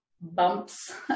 bumps